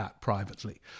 privately